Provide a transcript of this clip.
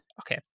okay